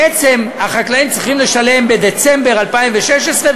בעצם החקלאים צריכים לשלם בדצמבר 2016,